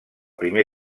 primer